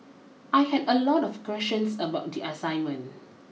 I had a lot of questions about the assignment